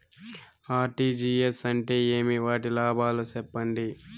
RTGS అంటే ఏమి? వాటి లాభాలు సెప్పండి?